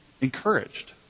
encouraged